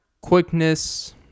quickness